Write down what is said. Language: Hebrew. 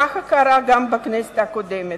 כך קרה גם בכנסת הקודמת.